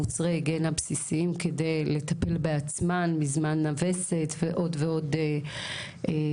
מוצרי היגיינה בסיסיים כדי לטפל בעצמן בזמן הוסת ועוד ועוד דברים.